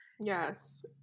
Yes